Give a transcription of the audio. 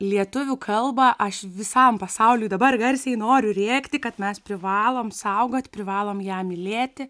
lietuvių kalbą aš visam pasauliui dabar garsiai noriu rėkti kad mes privalom saugoti privalom ją mylėti